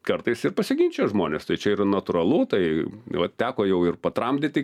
kartais ir pasiginčija žmonės tai čia yra natūralu tai vat teko jau ir patramdyti